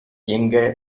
எங்க